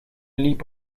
liep